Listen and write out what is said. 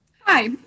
Hi